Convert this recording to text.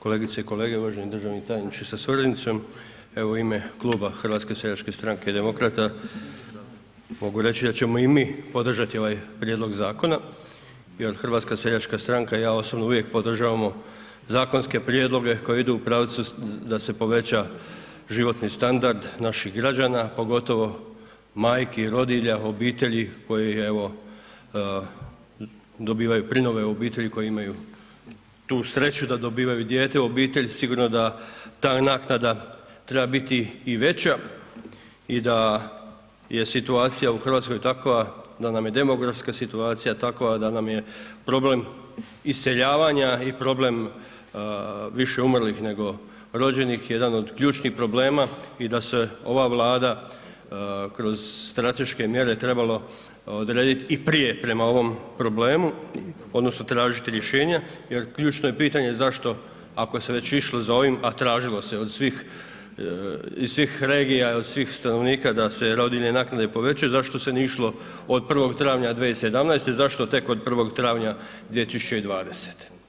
Kolegice i kolege, uvaženi državni tajniče sa suradnicom, evo u ime Kluba HSS-a i Demokrata mogu reći da ćemo i mi podržati ovaj prijedlog zakona jer HSS i ja osobno uvijek podržavamo zakonske prijedloge koji idu u pravcu da se poveća životni standard naših građana, pogotovo majki rodilja, obitelji koji evo dobivaju prinove u obitelji koji imaju tu sreću da dobivaju dijete u obitelji, sigurno da ta naknada treba biti i veća i da je situacija u RH takva, da nam je demografska situacija takva da nam je problem iseljavanja i problem više umrlih nego rođenih jedan od ključnih problema i da se ova Vlada kroz strateške mjere trebalo odredit i prije prema ovom problemu odnosno tražit rješenja jer ključno je pitanje zašto ako se već išlo za ovim, a tražilo se od svih, iz svih regija i od svih stanovnika da se rodiljne naknade povećaju, zašto se nije išlo od 1. travnja 2017., zašto tek od 1. travnja 2020.